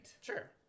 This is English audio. sure